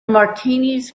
martinis